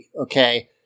okay